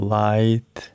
light